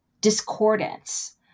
discordance